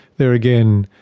they are, again,